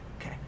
Okay